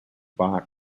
but